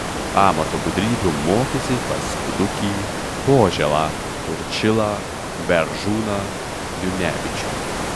amato gudrybių mokėsi pas kudukį požėlą turčilą beržūną junevičių